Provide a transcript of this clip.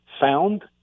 found